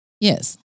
yes